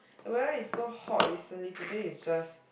the weather is so hot recently today is just